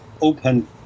open